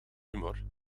humor